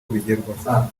bigerwaho